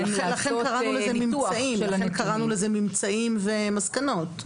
לכן קראנו לזה "ממצאים ומסקנות".